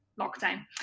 lockdown